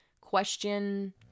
question